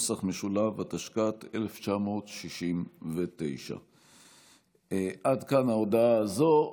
התשכ"ט 1969. עד כאן ההודעה הזאת.